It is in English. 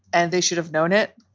and they should have known it.